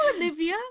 Olivia